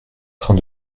train